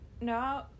no